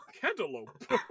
cantaloupe